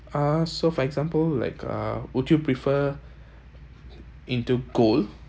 uh so for example like uh would you prefer into gold